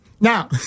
Now